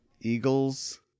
Eagles